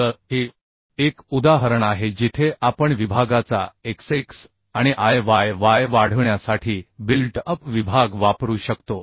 तर हे एक उदाहरण आहे जिथे आपण विभागाचा Ixx आणि Iyy वाढविण्यासाठी बिल्ट अप विभाग वापरू शकतो